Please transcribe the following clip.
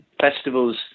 festivals